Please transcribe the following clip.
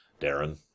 Darren